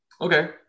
okay